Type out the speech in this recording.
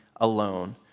alone